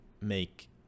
make